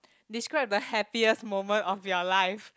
describe the happiest moment of your life